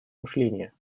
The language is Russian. мышления